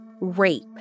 rape